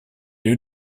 new